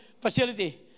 facility